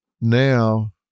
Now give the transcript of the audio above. now